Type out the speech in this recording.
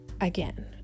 again